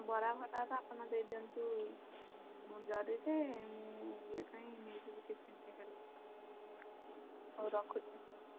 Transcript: ବରା ଫରା ତ ଆପଣ ଦେଇଦିଅନ୍ତୁ ଜରିରେ ମୁଁ ଇଏ ପାଇଁ ନେଇଯିବି ଟିଫିନ୍ଟେ ଖାଲି ହଉ ରଖୁଛି